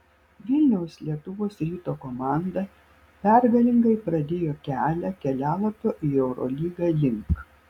vilniaus lietuvos ryto komanda pergalingai pradėjo kelią kelialapio į eurolygą link